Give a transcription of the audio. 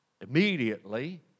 Immediately